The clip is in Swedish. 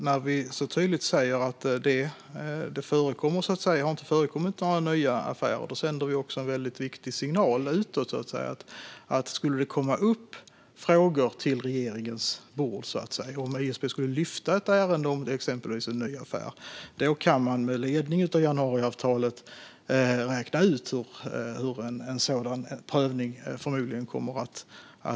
När vi så tydligt säger att det inte har förekommit några nya affärer sänder vi en viktig signal utåt: Skulle det komma upp frågor på regeringens bord - om ISP skulle lyfta ett ärende om exempelvis en ny affär - kan man med ledning av januariavtalet räkna ut hur en sådan prövning förmodligen skulle falla ut.